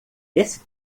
esse